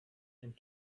and